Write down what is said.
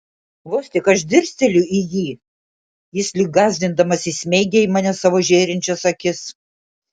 vos tik aš dirsteliu į jį jis lyg gąsdindamas įsmeigia į mane savo žėrinčias akis